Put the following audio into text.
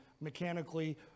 mechanically